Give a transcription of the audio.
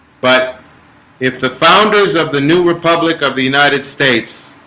but if the founders of the new republic of the united states